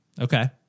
Okay